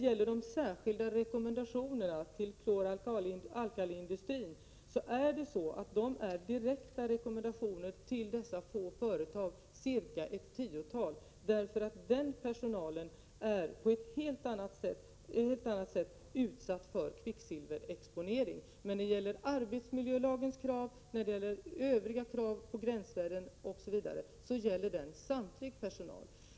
De särskilda rekommendationerna till klor-alkaliindustrin är direkta rekommendationer till dessa få företag, ett tiotal, eftersom personalen där på ett helt annat sätt är utsatt för kvicksilverexponering. Men arbetsmiljölagens krav, övriga krav på gränsvärden osv., gäller alltså all personal.